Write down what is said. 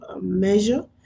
measure